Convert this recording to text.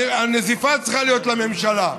הנזיפה צריכה להיות לממשלה,